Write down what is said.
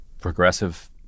progressive